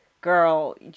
Girl